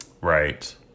Right